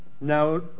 Now